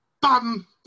bum